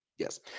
Yes